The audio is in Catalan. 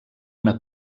una